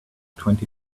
twenty